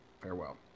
Farewell